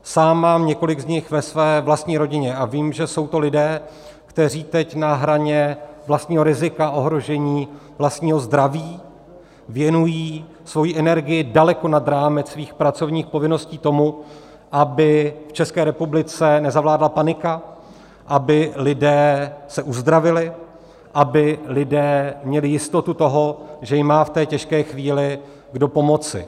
Sám mám několik z nich ve své vlastní rodině a vím, že jsou to lidé, kteří teď na hraně vlastního rizika ohrožení vlastního zdraví věnují svoji energii daleko nad rámec svých pracovních povinností tomu, aby v České republice nezavládla panika, aby se lidé uzdravili, aby lidé měli jistotu toho, že jim má v té těžké chvíli kdo pomoci.